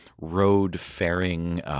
road-faring